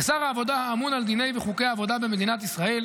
כשר העבודה האמון על דיני וחוקי העבודה במדינת ישראל,